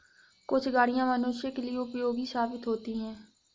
कुछ गाड़ियां मनुष्यों के लिए उपयोगी साबित होती हैं